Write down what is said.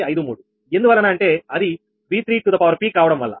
6153ఎందువలన అంటే అది V3కావడం వల్ల